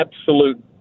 absolute